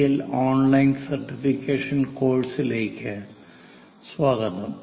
L online certification കോഴ്സുകളിലേക്ക് സ്വാഗതം